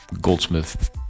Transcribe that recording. Goldsmith